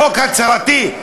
חוק הצהרתי?